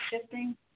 shifting